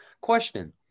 Question